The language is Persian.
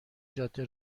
جاده